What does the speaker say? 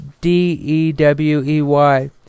D-E-W-E-Y